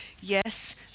yes